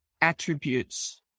attributes